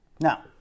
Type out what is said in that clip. now